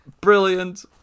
Brilliant